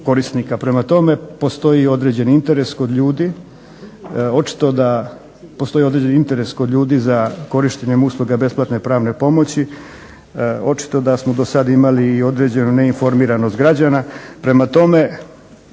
očito da postoji određeni interes kod ljudi za korištenjem usluge besplatne pravne pomoći. Očito da smo do sad imali i određenu neinformiranost građana.